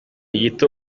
gito